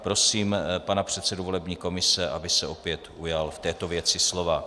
Prosím pana předsedu volební komise, aby se opět ujal v této věci slova.